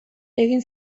egin